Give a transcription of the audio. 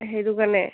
সেইটো কাৰণে